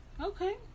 Okay